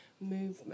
movement